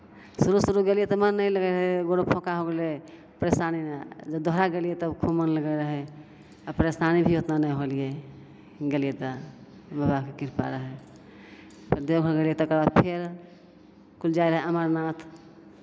शुरू शुरू गेलियै तऽ मन नहि लगैत रहै गोड़ो फौँका हो गेलै परेशानीमे जब दोहारा गेलियै तब खूब मन लगैत रहै आ परेशानी भी उतना नहि होलियै गेलियै तऽ बाबाके कृपा रहै देवघर गेलियै तकर बाद फेर कुल जाइ रहै अमरनाथ